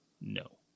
No